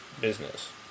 business